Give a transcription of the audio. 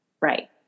Right